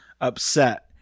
upset